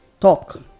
talk